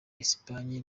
espagne